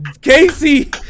Casey